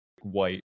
white